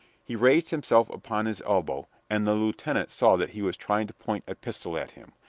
he raised himself upon his elbow, and the lieutenant saw that he was trying to point a pistol at him,